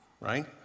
right